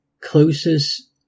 closest